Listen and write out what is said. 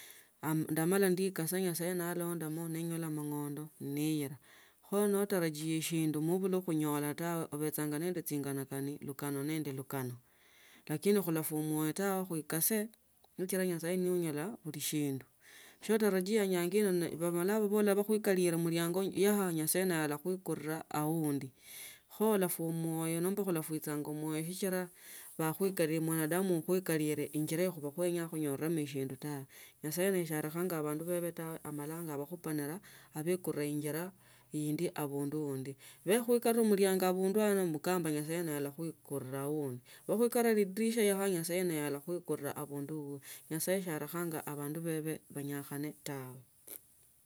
Ndamala nikasa nyasaye nalondamo ninyola amang'ondo reyira kho no itarajie shindu mo ubule khunyola kwa ishaha ninda chinganikani nende lavarie lakini khulafwa munyo tawe khuikose sichila nyasaye ni mwenye balishindwa shio utarinyianga enyanga ino bamala babola bakhukalia mliango nyasaye naye alakhuikunira aundi kho ulafwa omwwyo nomba ulafuichanga omwoyo sichira bakhuikalele injira ye onyora khuinamashindu tawe nyasaye si yanechangabandu bebe tawe amalanga abakhupanita abaekunita injira indi abundu andi bakhakhulikala mlango abindu andi nemkamba nyasaye alakhuikala chinde bakha khukala lidirisha ano nyasaye naye alakhukulila abindu wawe nyasaye siyarekanga abandu bebe banyakhono tawe.